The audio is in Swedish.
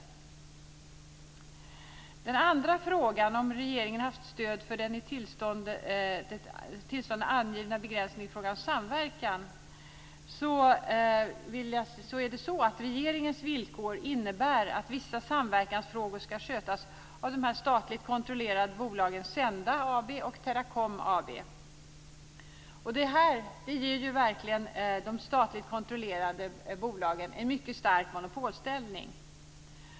Beträffande den andra frågan, om regeringen haft stöd för den i tillstånden angivna begränsningen i fråga om samverkan, är det så att regeringens villkor innebär att vissa samverkansfrågor skall skötas av de statligt kontrollerade bolagen Senda AB och Teracom AB. Det här ger verkligen de statligt kontrollerade bolagen en mycket stark monopolställning.